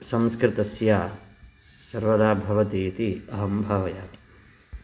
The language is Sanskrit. संस्कृतस्य सर्वदा भवति इति अहं भावयामि